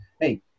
hey